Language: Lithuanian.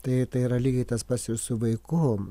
tai yra lygiai tas pats ir su vaiku